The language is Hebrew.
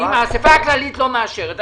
אם האסיפה הכללית לא מאשרת,